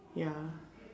ya